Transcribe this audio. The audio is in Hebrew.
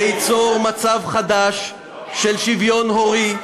וייצור מצב חדש של שוויון הורי,